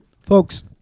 Folks